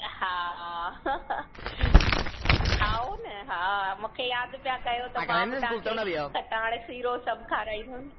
हा हा खाओ न हा मूंखे यादि पिया कयो त मां ॿुधाया तव्हांखे खटाणि सीरो सभु खाराईंदमि